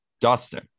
Dustin